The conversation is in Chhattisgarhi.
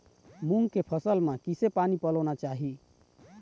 मूंग के फसल म किसे पानी पलोना चाही?